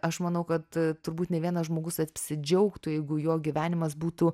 aš manau kad turbūt ne vienas žmogus apsidžiaugtų jeigu jo gyvenimas būtų